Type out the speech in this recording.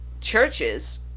churches